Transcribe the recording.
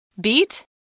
beat